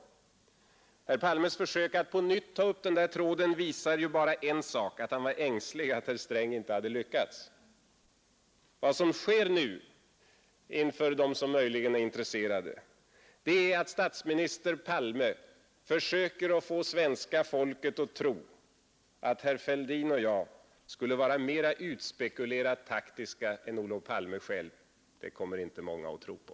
Herr Palmes försök att på nytt ta upp den tråden visar bara en sak, nämligen att han var ängslig att herr Sträng inte hade lyckats. Vad som sker nu inför de lyssnare och tittare som möjligen är intresserade, är att statsminister Palme försöker få svenska folket att tro att herr Fälldin och jag skulle vara mera utspekulerat taktiska än Olof Palme själv. Det kommer inte många att tro på.